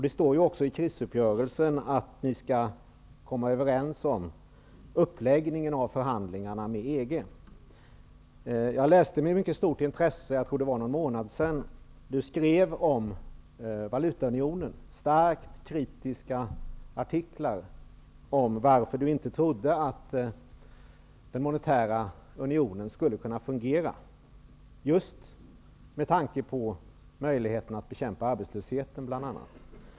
Det står också i krisuppgörelsen att ni skall komma överens om uppläggningen av förhandlingarna med EG. Jag läste med mycket stort intresse, jag tror att det var för någon månad sedan, de starkt kritiska artiklar du skrev om valutaunionen och varför du inte trodde att den monetära unionen skulle kunna fungera. Det var just med tanke på möjligheten att bekämpa arbetslösheten.